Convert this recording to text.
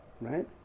right